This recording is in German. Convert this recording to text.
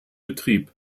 betrieb